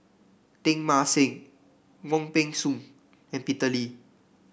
Teng Mah Seng Wong Peng Soon and Peter Lee